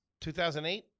2008